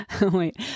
Wait